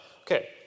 Okay